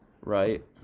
right